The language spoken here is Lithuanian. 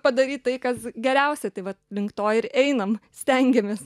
padaryt tai kas geriausia tai vat link to ir einam stengiamės